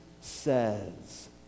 says